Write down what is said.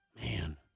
Man